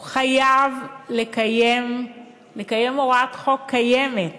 הוא חייב לקיים הוראת חוק קיימת